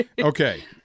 okay